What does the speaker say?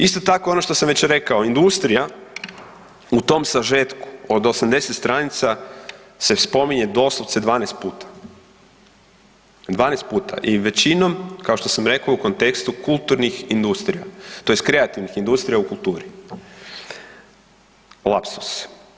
Isto tako ono što sam već rekao, industrija u tom sažetku od 80 stranica se spominje doslovce 12 puta, 12 puta i većinom kao što sam rekao u kontekstu kulturnih industrija tj. kreativnih industrija u kulturi, lapsus.